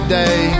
day